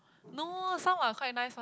no some are quite nice